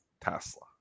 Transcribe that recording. Tesla